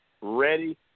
ready